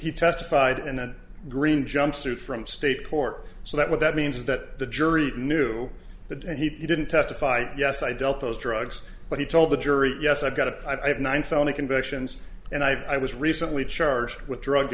he testified in a green jumpsuit from state court so that what that means is that the jury knew that and he didn't testify yes i dealt those drugs but he told the jury yes i've got a i have nine felony convictions and i was recently charged with drug